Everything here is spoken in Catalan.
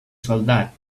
soldat